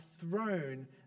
throne